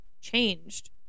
changed